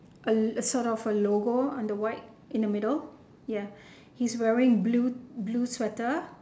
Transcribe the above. uh a sort of a logo under the white in the middle ya he's wearing blue blue sweater